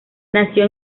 nació